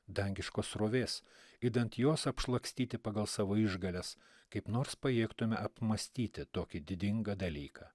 dangiškos srovės idant juos apšlakstyti pagal savo išgales kaip nors pajėgtume apmąstyti tokį didingą dalyką